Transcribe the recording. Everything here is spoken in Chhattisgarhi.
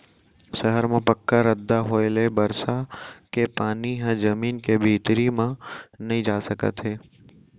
सहर म पक्का रद्दा होए ले बरसा के पानी ह जमीन के भीतरी म नइ जा सकत हे